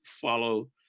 follow